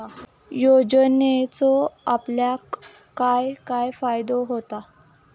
योजनेचो आपल्याक काय काय फायदो होता?